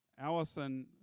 Allison